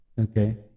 okay